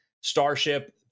Starship